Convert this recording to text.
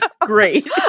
Great